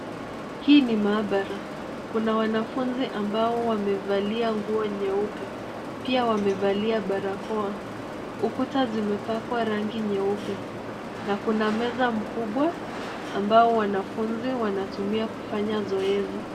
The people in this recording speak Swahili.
Hii ni maabara. Kuna wanafunzi ambao wamevalia nguo nyeupe pia wamevalia barakoa. Ukuta zimepakwa rangi nyeupe na kuna meza mkubwa ambao wanafunzi wanatumia kufanya zoezi.